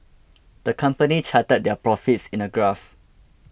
the company charted their profits in a graph